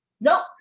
Nope